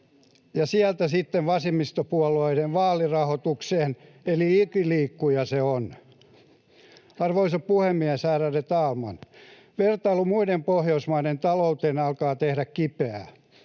sieltä sitten vasemmistopuolueiden vaalirahoitukseen, eli ikiliikkuja se on. Arvoisa puhemies, ärade talman! Vertailu muiden Pohjoismaiden talouteen alkaa tehdä kipeää.